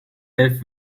elf